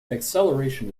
acceleration